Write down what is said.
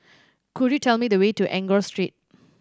could you tell me the way to Enggor Street